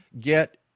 get